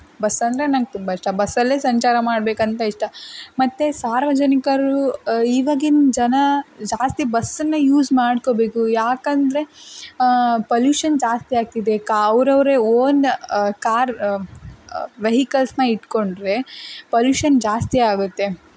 ಬಸ್ಸಂದರೆ ನಂಗೆ ತುಂಬ ಇಷ್ಟ ಬಸ್ಸಲ್ಲೇ ಸಂಚಾರ ಮಾಡಬೇಕಂತ ಇಷ್ಟ ಮತ್ತು ಸಾರ್ವಜನಿಕರು ಇವಾಗಿನ ಜನ ಜಾಸ್ತಿ ಬಸ್ಸನ್ನೇ ಯೂಸ್ ಮಾಡ್ಕೋಬೇಕು ಏಕಂದ್ರೆ ಪಲ್ಯೂಷನ್ ಜಾಸ್ತಿ ಆಗ್ತಿದೆ ಕಾ ಅವ್ರು ಅವರೇ ಓನ್ ಕಾರ್ ವೆಹಿಕಲ್ಸನ್ನ ಇಟ್ಟುಕೊಂಡ್ರೆ ಪಲ್ಯೂಷನ್ ಜಾಸ್ತಿ ಆಗುತ್ತೆ